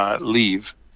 leave